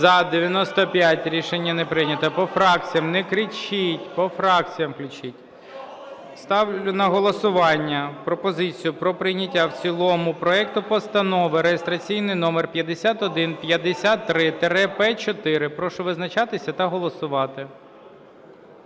За-95 Рішення не прийнято. По фракціях. Не кричіть. По фракціях включіть. Ставлю на голосування пропозицію про прийняття в цілому проекту Постанови реєстраційний номер 5153-П4. Прошу визначатися та голосувати.